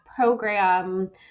program